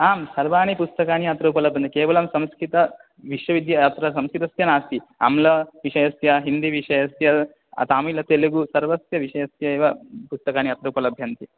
आम् सर्वाणि पुस्तकानि अत्र उपलभ्यन्ते केवलं संस्कृतस्य नास्ति आङ्ग्लविषयस्य हिन्दिविषयस्य तमिल तेलुगु सर्वस्य विषयस्य एव पुस्तकानि अत्र उपलभ्यन्ते